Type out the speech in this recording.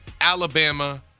Alabama